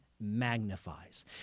magnifies